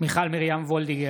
מיכל מרים וולדיגר,